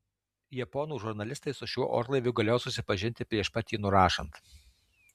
japonų žurnalistai su šiuo orlaiviu galėjo susipažinti prieš pat jį nurašant